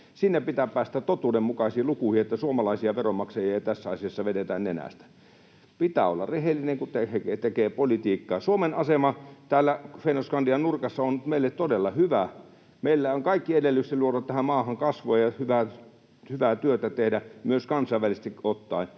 Pitää päästä totuudenmukaisiin lukuihin, että suomalaisia veronmaksajia ei tässä asiassa vedetä nenästä. Pitää olla rehellinen, kun tekee politiikkaa. Suomen asema täällä Fennoskandian nurkassa on meille todella hyvä. Meillä on kaikki edellytykset luoda tähän maahan kasvua ja tehdä hyvää työtä myös kansainvälisesti ottaen,